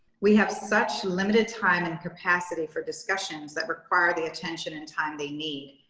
we have such limited time and capacity for discussions that require the attention and time they need.